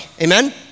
Amen